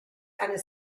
and